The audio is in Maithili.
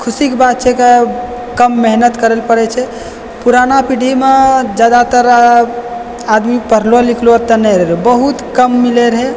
खुशीके बात छै कम मेहनत करै लए पड़ै छै पुराना पीढ़ीमे जादातर आदमी पढलो लिखलो ओते नहि रहै बहुत कम मिलै रहै